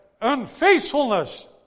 unfaithfulness